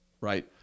right